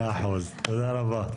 תודה רבה.